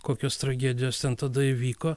kokios tragedijos ten tada įvyko